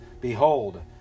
Behold